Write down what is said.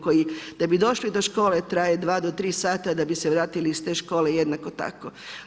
Koji, da bi došli do škole traje 2 do 3 sata, da bi se vratili iz te škole jednako tako.